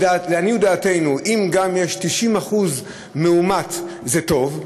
לעניות דעתנו, אם גם יש 90% מאומת, זה טוב.